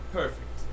perfect